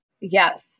Yes